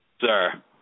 sir